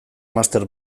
master